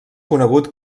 conegut